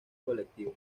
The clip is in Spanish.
colectiva